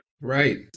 Right